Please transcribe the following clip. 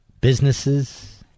businesses